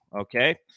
okay